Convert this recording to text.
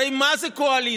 הרי מה זה קואליציה?